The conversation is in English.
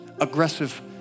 aggressive